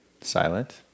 silent